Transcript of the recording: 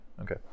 Okay